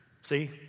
See